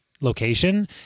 location